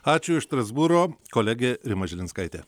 ačiū iš strasbūro kolegė rima žilinskaitė